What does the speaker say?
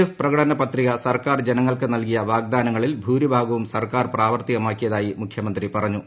F പ്രകടനപത്രിക സർക്കാർ ജനങ്ങൾക്ക് നൽകിയ വാഗ്ദാനങ്ങളിൽ ഭൂരിഭാഗവും സർക്കാർ പ്രവർത്തികമാക്കിയതായി മുഖ്യമന്ത്രി പറഞ്ഞു